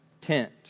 tent